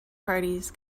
parties